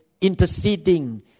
interceding